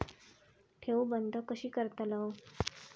ठेव बंद कशी करतलव?